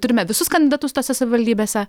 turime visus kandidatus tose savivaldybėse